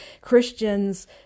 Christians